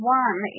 one